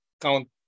count